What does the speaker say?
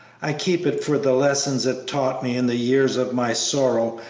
i keep it for the lessons it taught me in the years of my sorrow,